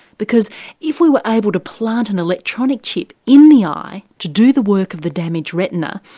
because if we were abler to plant an electronic chip in the eye to do the work of the damaged retina,